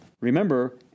Remember